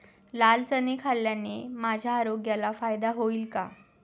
लाल चणे खाल्ल्याने माझ्या आरोग्याला फायदा होईल का?